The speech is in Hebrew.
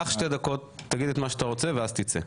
קח שתי דקות, תגיד את מה שאתה רוצה, ואז תצא.